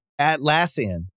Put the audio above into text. Atlassian